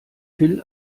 phil